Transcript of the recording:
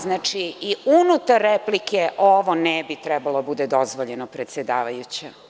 Znači, i unutar replike, ovo ne bi trebalo da bude dozvoljeno predsedavajuća.